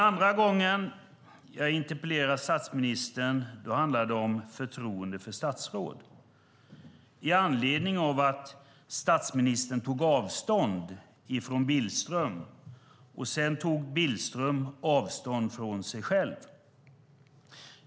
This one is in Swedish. Andra gången jag interpellerade statsministern handlade det om förtroendet för statsråd, i anledning av att statsministern tog avstånd från Billström och Billström sedan tog avstånd från sig själv.